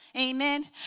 Amen